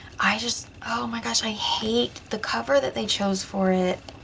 i just, oh my gosh, i hate the cover that they chose for it.